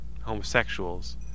homosexuals